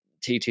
TT